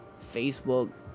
Facebook